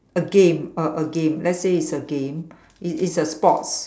a game uh a game let's say it's a game it is a sports